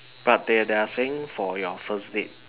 but they they're saying for your first date